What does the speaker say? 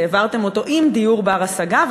העברתם אותו עם דיור בר-השגה,